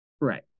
Right